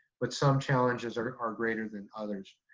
but some challenges are are greater than others.